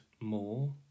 more